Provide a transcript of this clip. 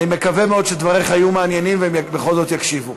אני מקווה מאוד שדבריך יהיו מעניינים והם בכל זאת יקשיבו.